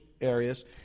areas